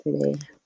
today